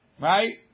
right